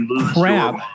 crap